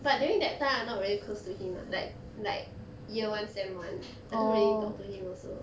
but during that time I'm not very close to him lah like like year one sem one I didn't really talk to him also